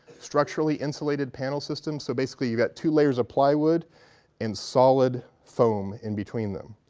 structurally insulated panel systems. so basically you got two layers of plywood and solid foam in between them.